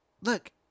Look